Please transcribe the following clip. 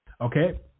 Okay